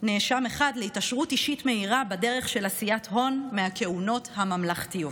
נאשם 1 להתעשרות אישית מהירה בדרך של עשיית הון מהכהונות הממלכתיות".